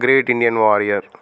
great Indian warrior